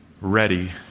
ready